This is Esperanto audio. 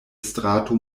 strato